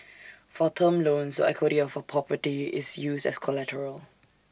for term loans equity of A property is used as collateral